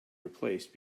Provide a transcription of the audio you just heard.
replaced